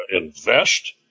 invest